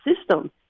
system